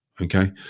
okay